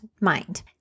mind